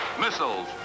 missiles